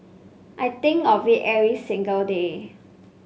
I think of it every single day